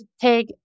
take